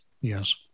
Yes